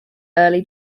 early